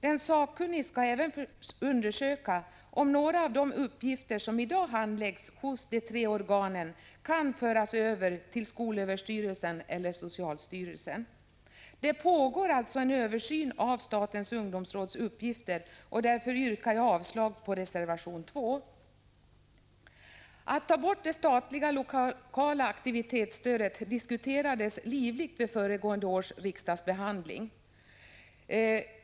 Den sakkunnige skall också undersöka om några av de uppgifter som i dag handläggs hos de tre organen kan föras över till skolöverstyrelsen eller socialstyrelsen. Det pågår alltså en översyn av statens ungdomsråds uppgifter och därför yrkar jag avslag på reservation 2. Att ta bort det statliga lokala aktivitetsstödet diskuterades livligt vid föregående års riksdagsbehandling.